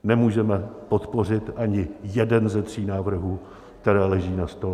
Nemůžeme podpořit ani jeden ze tří návrhů, které leží na stole.